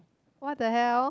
what the hell